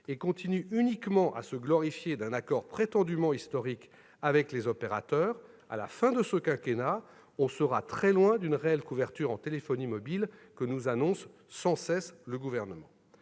et continue uniquement à se glorifier d'un accord prétendument historique avec les opérateurs, à la fin de ce quinquennat, on sera très loin d'une réelle couverture en téléphonie mobile, comme nous l'annonce sans cesse le Gouvernement.